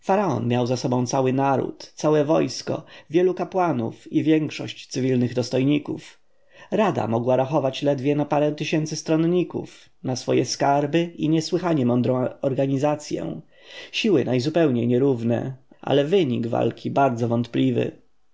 miał za sobą cały naród całe wojsko wielu kapłanów i większość cywilnych dostojników rada mogła rachować ledwie na parę tysięcy stronników na swoje skarby i niesłychanie mądrą organizację siły najzupełniej nierówne ale wynik walki bardzo wątpliwy